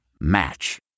Match